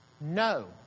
No